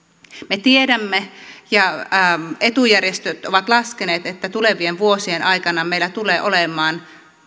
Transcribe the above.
me tiedämme ja etujärjestöt ovat laskeneet että tulevien vuosien aikana meillä tulee olemaan